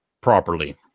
properly